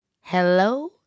Hello